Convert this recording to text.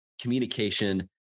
communication